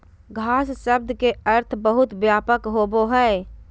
घास शब्द के अर्थ बहुत व्यापक होबो हइ